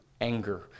anger